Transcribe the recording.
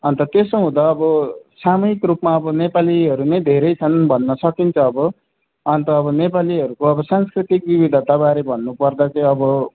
अन्त त्यसो हुँदा अब सामूहिक रूपमा अब नेपालीहरू नै धेरै छन् भन्न सकिन्छ अब अन्त नेपालीहरूको अब सांस्कृतिक विविधताबारे भन्नु पर्दा चाहिँ अब